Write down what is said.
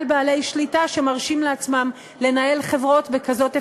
בעלי שליטה שמרשים לעצמם לנהל חברות בכזאת הפקרות.